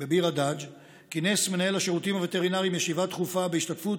בביר הדאג' כינס מנהל השירותים הווטרינריים ישיבה דחופה בהשתתפות